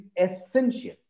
essential